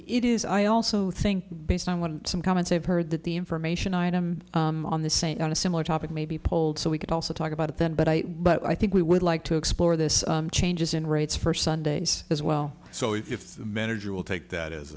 it is i also think based on what some comments i've heard that the information item on the st on a similar topic may be polled so we could also talk about that but i but i think we would like to explore this changes in rates for sundays as well so if the manager will take that as